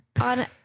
on